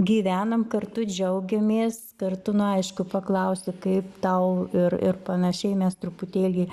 gyvenam kartu džiaugiamės kartu nu aišku paklausi kaip tau ir ir panašiai mes truputėlį